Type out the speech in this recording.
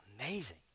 amazing